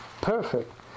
perfect